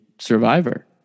survivor